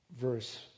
verse